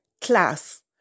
class